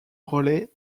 relais